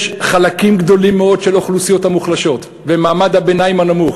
יש חלקים גדולים מאוד של האוכלוסיות המוחלשות ומעמד הביניים הנמוך